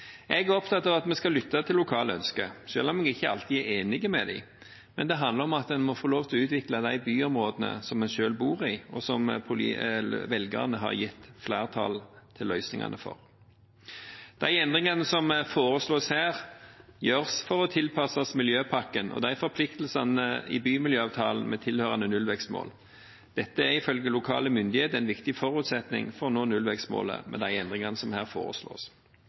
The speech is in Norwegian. Jeg er opptatt av at vi skal lytte til lokale ønsker, selv om jeg ikke alltid er enig i dem. Det handler om at en må få lov til å utvikle de byområdene som en selv bor i, og hvor velgerne har gitt flertall for løsningene. De endringene som foreslås her, gjøres for å tilpasses miljøpakken og forpliktelsene i bymiljøavtalen med tilhørende nullvekstmål. Det er ifølge lokale myndigheter en viktig forutsetning for å nå nullvekstmålet med de endringene som her foreslås.